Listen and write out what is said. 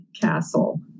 Castle